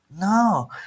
No